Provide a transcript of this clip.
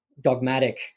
dogmatic